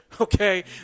Okay